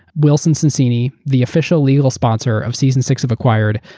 wilson sonsini, the official legal sponsor of season six of acquired.